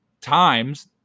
times